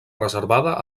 reservada